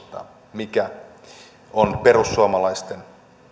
mikä on perussuomalaisten